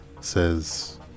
says